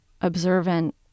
observant